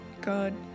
God